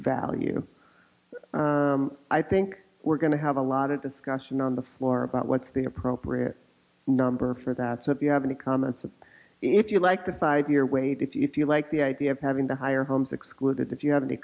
value i think we're going to have a lot of discussion on the floor about what's the appropriate number for that so if you have any comments if you like the five year wait if you like the idea of having the higher homes excluded if you have any